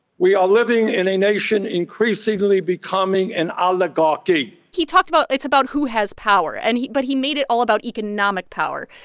we are living in a nation increasingly becoming an oligarchy he talked about it's about who has power, and he but he made it all about economic power.